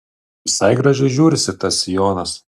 visai gražiai žiūrisi tas sijonas